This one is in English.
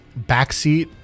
backseat